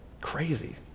crazy